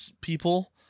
people